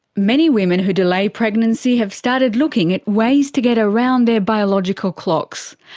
many women who delay pregnancy have started looking at ways to get around their biological clocks.